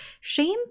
shame